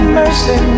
mercy